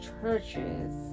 churches